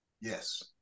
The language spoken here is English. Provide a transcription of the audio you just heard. Yes